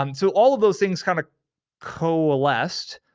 um so all of those things kind of coalesced,